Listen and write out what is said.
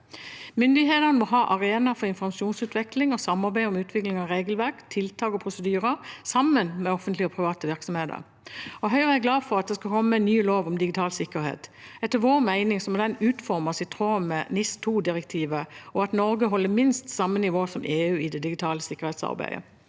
Myndighetene må ha arenaer for informasjonsutveksling og samarbeid om utvikling av regelverk, tiltak og prosedyrer sammen med offentlige og private virksomheter. Høyre er glad for at det skal komme en ny lov om digital sikkerhet. Etter vår mening må den utformes i tråd med NIS2-direktivet, og Norge må holde minst samme nivå som EU i det digitale sikkerhetsarbeidet.